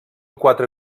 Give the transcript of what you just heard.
quatre